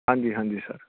ਹਾਂਜੀ ਹਾਂਜੀ ਸਰ